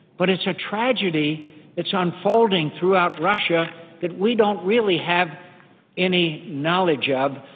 but it's a tragedy that's unfolding throughout russia that we don't really have any knowledge of,